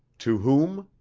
to whom?